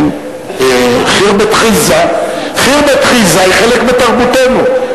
חרבת חזעה היא חלק מתרבותנו.